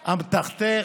באמתחתך.